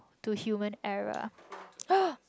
to human error